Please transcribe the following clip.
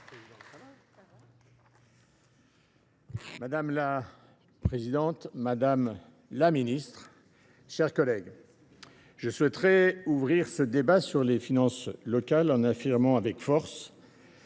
Madame la présidente, madame la ministre, mes chers collègues, je souhaite ouvrir ce débat sur les finances locales en affirmant avec force,